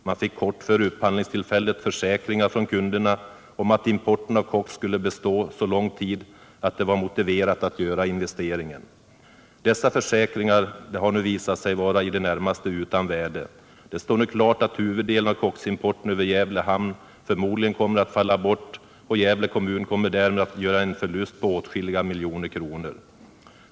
Man fick kort före upphandlingstillfället försäkringar från kunderna om att importen av koks skulle bestå så lång tid att det var motiverat att göra investeringen. Dessa försäkringar har nu visat sig vara i det närmaste utan värde. Det står nu klart att huvuddelen av koksimporten över Gävle hamn förmodligen kommer att falla bort, och Gävle kommun kommer därmed att göra en förlust på åtskilliga miljoner kronor.